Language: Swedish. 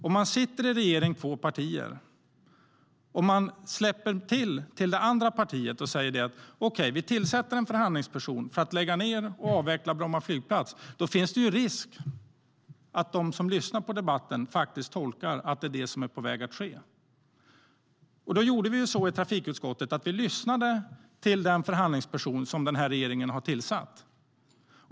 Om två partier sitter i regering och man släpper till, till det andra partiet, och säger "Okej, vi tillsätter en förhandlingsperson för att lägga ned och avveckla Bromma flygplats", då finns det risk för att de som lyssnar på debatten faktiskt tolkar att det är på väg att ske.I trafikutskottet lyssnade vi till den förhandlingsperson som regeringen har tillsatt.